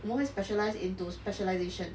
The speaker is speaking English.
我们会 specialize into specialization